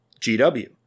GW